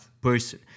person